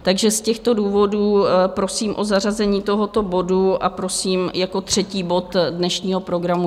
Takže z těchto důvodů prosím o zařazení tohoto bodu a prosím jako třetí bod dnešního programu.